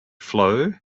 flow